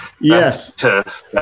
Yes